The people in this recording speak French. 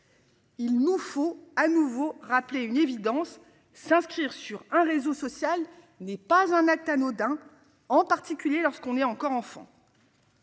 Il nous faut à nouveau rappeler une évidence s'inscrire sur un réseau social n'est pas un acte anodin. En particulier lorsqu'on est encore enfant.